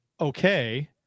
okay